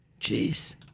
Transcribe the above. Jeez